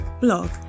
blog